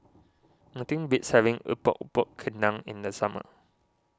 nothing beats having Epok Epok Kentang in the summer